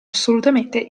assolutamente